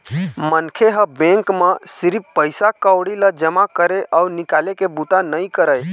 मनखे ह बेंक म सिरिफ पइसा कउड़ी ल जमा करे अउ निकाले के बूता नइ करय